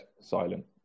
silent